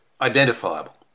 identifiable